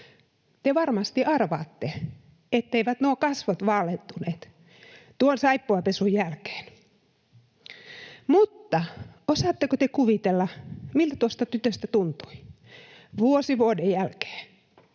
Te varmasti arvaatte, etteivät nuo kasvot vaalentuneet tuon saippuapesun jälkeen. Mutta osaatteko te kuvitella, miltä tuosta tytöstä tuntui vuosi vuoden jälkeen